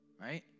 Right